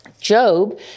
Job